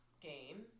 game